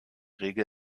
regel